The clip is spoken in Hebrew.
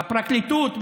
בפרקליטות,